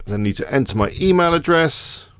and need to enter my email address.